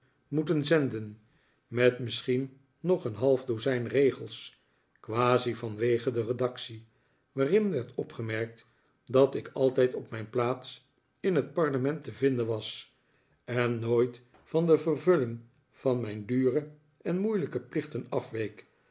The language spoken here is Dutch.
moeten zenden met misschien nog een half dozijn regels quasi vanwege de redactie waarin werd opgemerkt dat ik altijd op mijn plaats in net parlement te vinden was en nooit van de vervulling van mijn dure en moeilijke plichten afweek